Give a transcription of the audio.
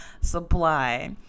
supply